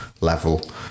level